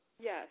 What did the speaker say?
Yes